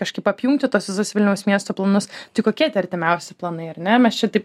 kažkaip apjungti tuos visus vilniaus miesto planus tai kokie tie artimiausi planai ar ne mes čia taip